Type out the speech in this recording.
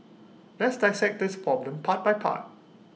let's dissect this problem part by part